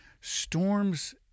Storms